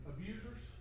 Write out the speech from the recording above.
Abusers